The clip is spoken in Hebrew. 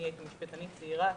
הייתי אז משפטנית צעירה.